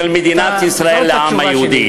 זאת התשובה שלי,